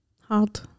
Hard